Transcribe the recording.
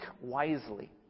wisely